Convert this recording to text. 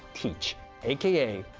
teach aka.